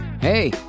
hey